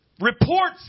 reports